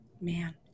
Man